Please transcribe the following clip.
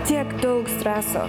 tiek daug streso